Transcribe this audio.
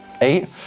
eight